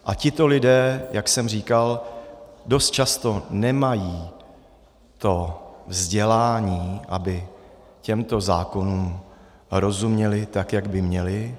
A tito lidé, jak jsem říkal, dost často nemají to vzdělání, aby těmto zákonům rozuměli, tak jak by měli.